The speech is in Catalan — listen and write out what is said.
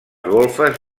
golfes